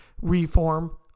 reform